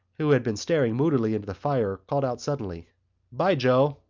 who had been staring moodily into the fire, called out suddenly bye, joe.